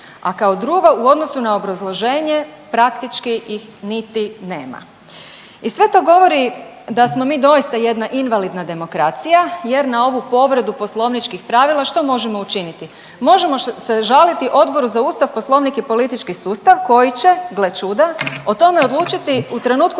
a kao drugo, u odnosu na obrazloženje, praktički ih niti nema i sve to govori da smo mi doista jedna invalidna demokracija jer na ovu povredu poslovničkih pravila, što možemo učiniti? Možemo se žaliti Odboru za Ustav, Poslovnik i politički sustav koji će, gle čuda, u tome odlučiti u trenutku